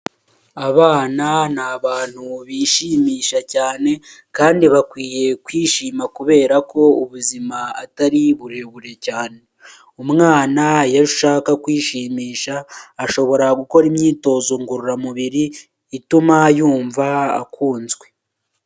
Abana ni abantu bishimisha cyane kandi bakwiye kwishima kubera ko ubuzima atari burebure cyane, umwana iyo ashaka kwishimisha ashobora gukora imyitozo ngorora mubiri ituma yumva akunzwe.